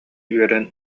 үөрэн